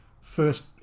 first